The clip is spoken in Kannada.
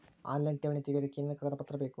ಆನ್ಲೈನ್ ಠೇವಣಿ ತೆಗಿಯೋದಕ್ಕೆ ಏನೇನು ಕಾಗದಪತ್ರ ಬೇಕು?